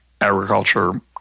agriculture